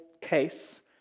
case